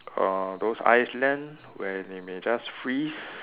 uh those ice land where they may just freeze